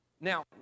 Now